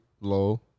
low